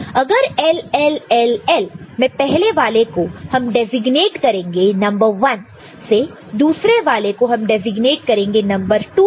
अगर L L L L में पहले वाले को हम डेजिग्नेट करेंगे नंबर 1 से दूसरे वाले को हम डेजिग्नेट करेंगे नंबर 2 से